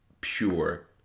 pure